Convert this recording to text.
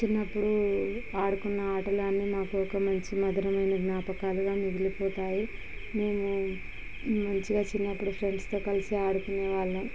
చిన్నప్పుడు ఆడుకున్న ఆటలు అన్నీ నాకు ఒక మంచి మధురమైన జ్ఞాపకాలుగా మిగిలిపోతాయి నేను మంచిగా చిన్నప్పుడు ఫ్రెండ్స్తో కలిసి ఆడుకునేవాళ్ళం